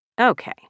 Okay